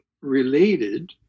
related